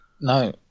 No